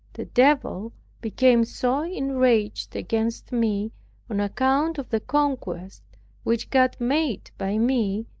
the devil became so enraged against me on account of the conquest which god made by me,